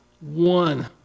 one